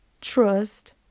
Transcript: trust